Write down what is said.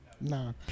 No